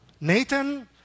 Nathan